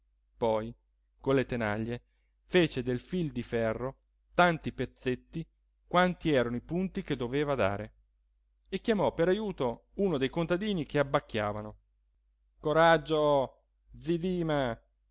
poi con le tenaglie fece del fil di ferro tanti pezzetti quanti erano i punti che doveva dare e chiamò per ajuto uno dei contadini che abbacchiavano coraggio zi dima